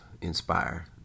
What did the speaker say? inspire